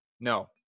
No